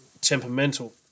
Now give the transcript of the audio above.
temperamental